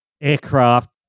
aircraft